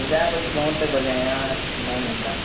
ଖୁଜା ଖୁଜି ବହୁତ୍ଟେ କଲି ଆଜ୍ଞା ନାଇଁ ମିଲ୍ଲା